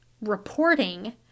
reporting